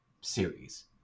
series